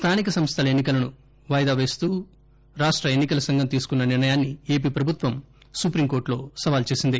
స్టానిక సంస్టల ఎన్ని కలను వాయిదా వేస్తూ రాష్ట ఎన్ని కల సంఘం తీసుకున్న నిర్ణయాన్ని ఏపీ ప్రభుత్వం సుప్రీంకోర్టులో సవాల్ చేసింది